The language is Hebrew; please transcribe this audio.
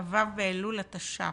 כ"ו באלול התש"פ.